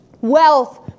Wealth